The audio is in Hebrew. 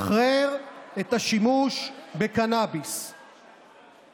ההצעה שלנו הייתה להעלות את הקצבה ל-85% משכר המינימום.